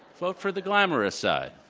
vote for the glamorous side.